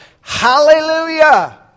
Hallelujah